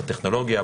בטכנולוגיה,